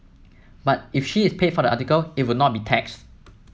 but if she is paid for the article it would not be taxed